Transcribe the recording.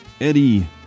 Eddie